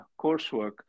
coursework